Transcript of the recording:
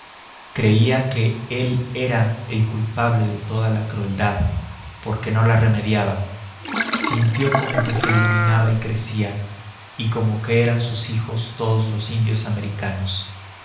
creía que él era el culpable de toda la crueldad porque no la remediaba sintió como que se iluminaba y crecía y como que eran sus hijos todos los indios americanos